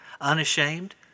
Unashamed